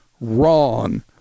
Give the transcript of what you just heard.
wrong